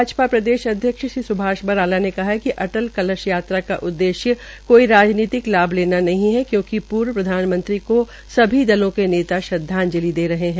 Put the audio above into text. भाजपा प्रदेश अध्यक्ष श्री सुभाष बराला ने कहा है कि अटल कलश यात्रा का उद्देश्य कोई राजनीतिक लाभ लेना नहीं है क्यूकिं प्र्व प्रधानमंत्री को सभी दलों के नेता श्रद्वाजंलि दे रहे है